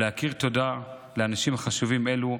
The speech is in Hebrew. ולהכיר תודה לאנשים חשובים אלו,